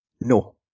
No